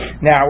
now